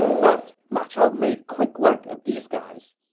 but ma chao made quick work of these guys.